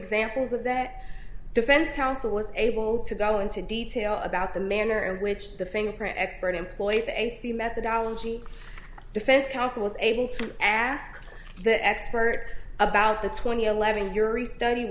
examples of that defense counsel was able to go into detail about the manner in which the fingerprint expert employed the h p methodology defense counsel able to ask the expert about the twenty eleven yury study